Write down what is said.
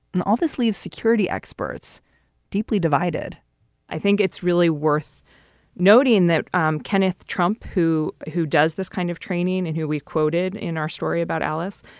and all this leaves security experts deeply divided i think it's really worth noting that um kenneth trump, who who does this kind of training and who we quoted in our story story about alice,